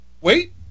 Wait